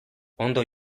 ondo